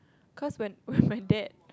cause when when my dad